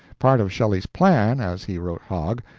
part of shelley's plan, as he wrote hogg,